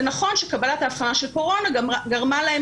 זה נכון שקבלת האבחנה של קורונה גרמה להם